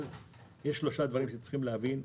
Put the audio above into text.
אבל יש שלושה דברים שצריכים להבין: